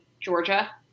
Georgia